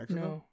no